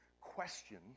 question